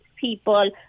people